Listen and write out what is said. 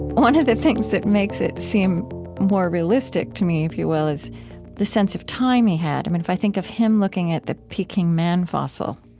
one of the things that makes it seem more realistic to me, you will, is the sense of time he had. i mean, if i think of him looking at the peking man fossil